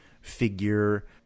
figure